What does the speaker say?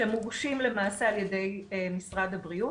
שמורשים למעשה על ידי משרד הבריאות,